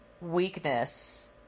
weakness